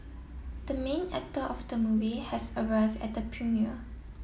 the main actor of the movie has arrived at the premiere